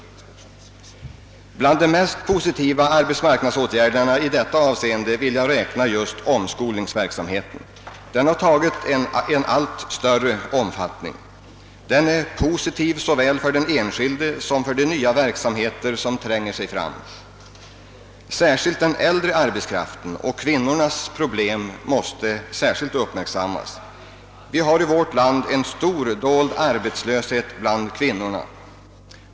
Till de mest positiva arbetsmarknadsåtgärderna i detta avseende vill jag räkna omskolningsverksamheten. Den har fått en alit större omfattning. Den är av värde såväl för den enskilde som för de nya verksamheter som tränger sig fram. Särskilt den äldre arbetskraftens och kvinnornas problem måste uppmärksammas. Vi har i vårt land en stor dold arbetslöshet bland kvinnorna.